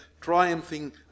triumphing